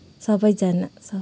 सबैजना स